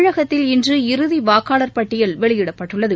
தமிழகத்தில் இன்று இறுதி வாக்காளர் பட்டியல் இன்று வெளியிடப்பட்டுள்ளது